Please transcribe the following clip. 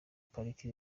pariki